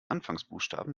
anfangsbuchstaben